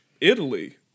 Italy